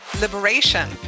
liberation